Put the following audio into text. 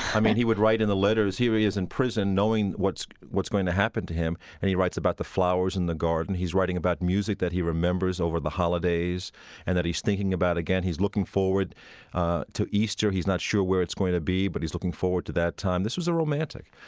i mean, he would write in the letters here he is in prison knowing what's what's going to happen to him, and he writes about the flowers in the garden. he's writing about music that he remembers over the holidays and that he's thinking about. again, he's looking forward to easter. he's not sure where it's going to be, but he's looking forward to that time. this was a romantic.